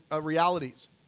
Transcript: realities